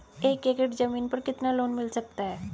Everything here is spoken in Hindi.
एक एकड़ जमीन पर कितना लोन मिल सकता है?